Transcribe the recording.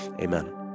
Amen